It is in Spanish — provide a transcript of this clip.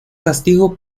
castigo